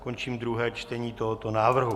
Končím druhé čtení tohoto návrhu.